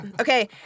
Okay